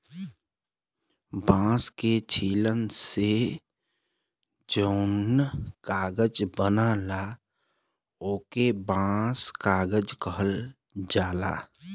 बांस के छीलन से जौन कागज बनला ओके बांस कागज कहल जाला